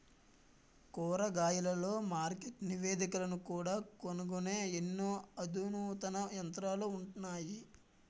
కర్మాగారాలలో మార్కెట్ నివేదికలను కూడా కనుగొనే ఎన్నో అధునాతన యంత్రాలు ఉన్నాయి